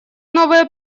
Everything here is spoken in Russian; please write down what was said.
новые